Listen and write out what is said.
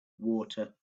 water